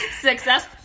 Success